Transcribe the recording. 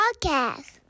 Podcast